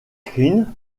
green